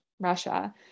Russia